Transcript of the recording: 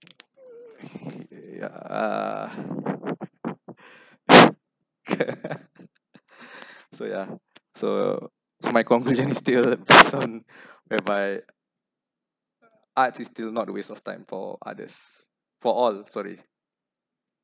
yeah err so yeah so so my conclusion still whereby arts is still not a waste of time for others for all sorry